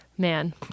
man